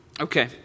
Okay